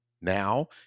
Now